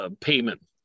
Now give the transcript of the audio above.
payment